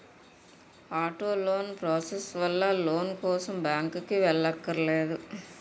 auto loan process వల్ల loan కోసం బ్యాంకుకి వెళ్ళక్కర్లేదు